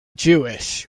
jewish